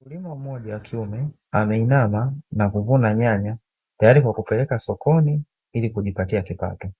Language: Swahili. Mkulima mmoja wa kiume ameinama na kuvuna nyanya, tayari kwa kupeleka sokoni ili kujipatia kipato.